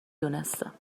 دونستم